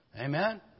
Amen